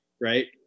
right